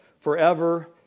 forever